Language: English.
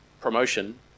promotion